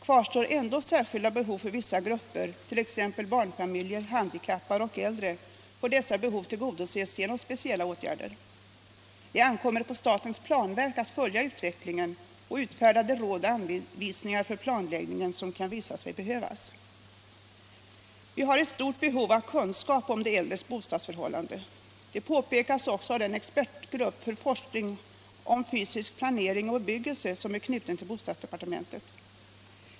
Kvarstår ändå särskilda behov för vissa grupper, t.ex. barn familjer, handikappade och äldre, får dessa behov tillgodoses genom speciella åtgärder. Det ankommer på statens planverk att följa utvecklingen och utfärda de råd och anvisningar för planläggningen som kan visa sig behövas. Vi har ett stort behov av kunskap om de äldres bostadsförhållanden. Det påpekas också av den expertgrupp för forskning om fysisk planering och bebyggelse som är knuten till bostadsdepartementet.